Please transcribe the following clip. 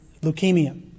leukemia